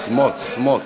סמוֹטריץ.